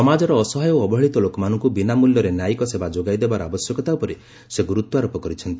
ସମାଜର ଅସହାୟ ଓ ଅବହେଳିତ ଲୋକମାନଙ୍କୁ ବିନା ମୂଲ୍ୟରେ ନ୍ୟାୟିକ ସେବା ଯୋଗାଇ ଦେବାର ଆବଶ୍ୟକତା ଉପରେ ସେ ଗୁରୁତ୍ୱାରୋପ କରିଛନ୍ତି